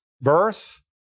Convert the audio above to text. birth